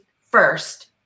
first